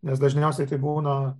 nes dažniausiai tai būna